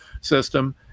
system